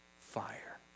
fire